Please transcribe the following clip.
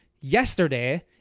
yesterday